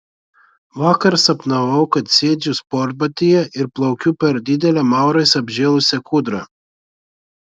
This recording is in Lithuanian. vakar sapnavau kad sėdžiu sportbatyje ir plaukiu per didelę maurais apžėlusią kūdrą